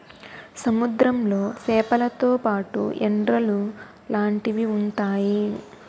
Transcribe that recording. సముద్రంలో సేపలతో పాటు ఎండ్రలు లాంటివి ఉంతాయి